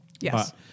Yes